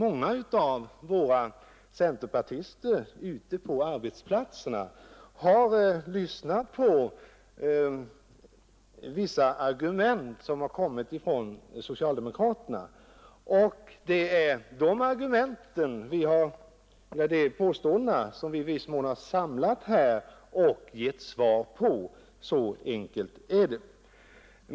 Många centerpartister ute på arbetsplatserna har lyssnat på en del av socialdemokraternas argument. Det är en del påståenden från den debatten som vi samlat i broschyren och givit svar på. Så enkelt är det.